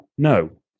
No